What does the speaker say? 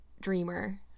dreamer